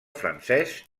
francès